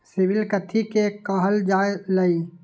CIBIL कथि के काहल जा लई?